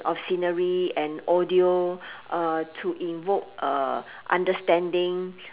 of scenery and audio uh to invoke uh understanding